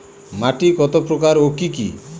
মাটি কত প্রকার ও কি কি?